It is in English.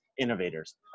innovators